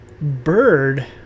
bird